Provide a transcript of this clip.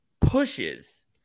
pushes